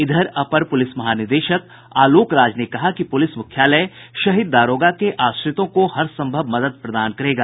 इधर अपर पुलिस महानिदेशक आलोक राज ने कहा कि पुलिस मुख्यालय शहीद दारोगा के आश्रितों को हर संभव मदद प्रदान करेगा